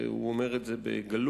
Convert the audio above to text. והוא אומר את זה בגלוי.